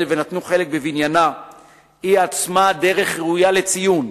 ונטלו חלק בבניינה היא עצמה דרך ראויה לציון,